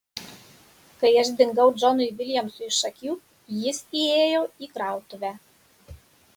kai aš dingau džonui viljamsui iš akių jis įėjo į krautuvę